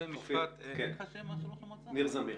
להתמקד בהשלכות משבר הקורונה על תפקוד עיריית דימונה.